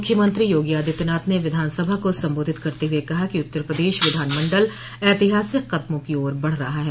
मुख्यमंत्री योगी आदित्यनाथ ने विधानसभा को संबोधित करते हुए कहा कि उत्तर प्रदेश विधानमंडल ऐतिहासिक कदमों की ओर बढ़ रहा है